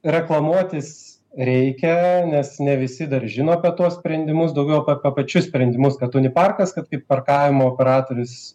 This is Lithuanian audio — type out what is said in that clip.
reklamuotis reikia nes ne visi dar žino apie tuos sprendimus daugiau apie pa pačius sprendimus kad uniparkas kad kaip parkavimo operatorius